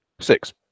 six